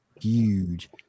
huge